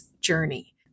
Journey